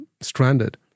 Stranded